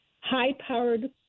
high-powered